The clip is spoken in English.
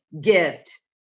gift